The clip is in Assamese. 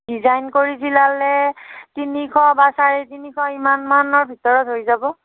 ডিজাইন কৰি চিলালে তিনিশ বা চাৰে তিনিশ সিমানমানৰ ভিতৰত হৈ যাব